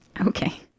Okay